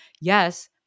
yes